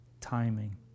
timing